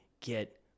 get